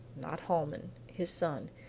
not holman, his son,